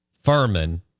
Furman